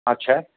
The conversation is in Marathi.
अच्छा